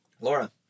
Laura